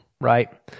right